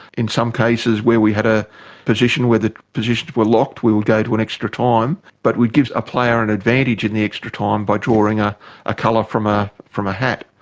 in some cases where we had a position where the positions were locked we would go to an extra time, but we'd give a player an advantage in the extra time by drawing a a colour from a from a hat.